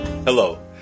Hello